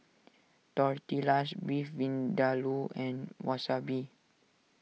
Tortillas Beef Vindaloo and Wasabi